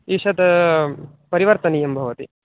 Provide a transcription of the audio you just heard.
ईशत् परिवर्तनीयं भवति